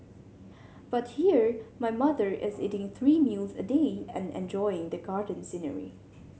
but here my mother is eating three meals a day and enjoying the garden scenery